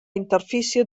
interfície